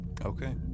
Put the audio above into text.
Okay